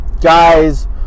guys